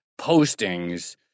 postings